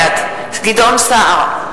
בעד גדעון סער,